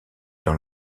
dans